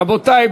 רבותי,